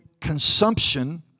consumption